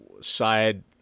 side